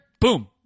Boom